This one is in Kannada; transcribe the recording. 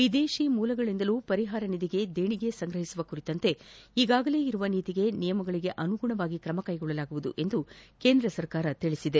ವಿದೇಶ ಮೂಲಗಳಿಂದಲೂ ಪರಿಹಾರ ನಿಧಿಗೆ ದೇಣಿಗೆ ಸಂಗ್ರಹಿಸುವ ಕುರಿತು ಈಗಾಗಲೇ ಇರುವ ನೀತಿ ನಿಯಮಗಳಿಗೆ ಆನುಗುಣವಾಗಿ ಕ್ರಮ ಕ್ಷೆಗೊಳ್ಳಲಾಗುವುದು ಎಂದು ಕೇಂದ್ರ ಸರಕಾರ ತಿಳಿಸಿದೆ